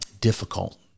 difficult